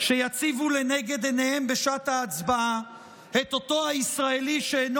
שיציבו לנגד עיניהם בשעת ההצבעה את אותו ישראלי שאינו